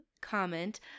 comment